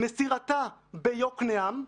מסירתה ביוקנעם,